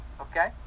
okay